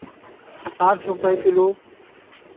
साठ रुपए किलो